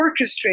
orchestrate